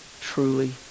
truly